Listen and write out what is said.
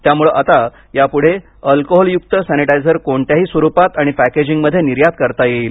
त्यामुळे आता यापुढे अल्कोहोल युक्त सॅनीटायझर कोणत्याही स्वरुपात आणि पॅकेजिंगमध्ये निर्यात करता येईल